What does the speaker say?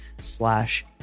slash